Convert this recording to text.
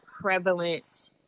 prevalent